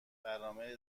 برنامه